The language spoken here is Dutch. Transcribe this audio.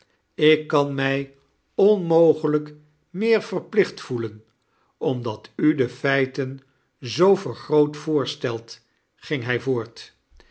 ik kan mij onmogelijk meer verplioht voelen omdat u de feiten zoo vergroot voorstelt ging hij voort